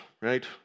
right